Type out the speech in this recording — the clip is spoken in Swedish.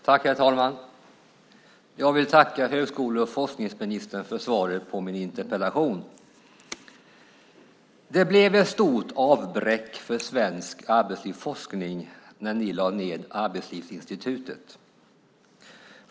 Herr talman! Jag vill tacka högskole och forskningsministern för svaret på min interpellation. Det blev ett stort avbräck för svensk arbetslivsforskning när ni lade ned Arbetslivsinstitutet.